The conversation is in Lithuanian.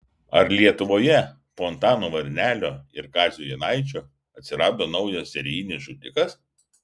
ar lietuvoje po antano varnelio ir kazio jonaičio atsirado naujas serijinis žudikas